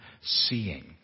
seeing